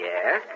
Yes